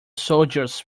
soldiers